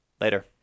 Later